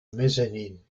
mezzanine